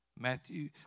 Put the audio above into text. Matthew